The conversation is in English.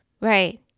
Right